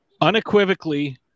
unequivocally